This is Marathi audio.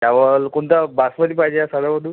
चावल कोणता बासमती पाहिजे या सालाव देऊ